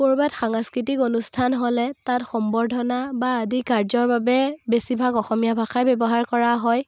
ক'ৰবাত সাংস্কৃতিক অনুষ্ঠান হ'লে তাত সম্বৰ্ধনা বা আদি কাৰ্যৰ বাবে বেছিভাগ অসমীয়া ভাষাই ব্যৱহাৰ কৰা হয়